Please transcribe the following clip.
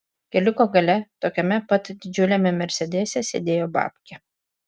keliuko gale tokiame pat didžiuliame mersedese sėdėjo babkė